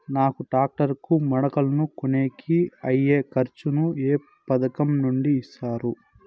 నాకు టాక్టర్ కు మడకలను కొనేకి అయ్యే ఖర్చు ను ఏ పథకం నుండి ఇస్తారు?